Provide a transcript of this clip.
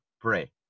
pray